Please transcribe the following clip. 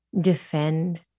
defend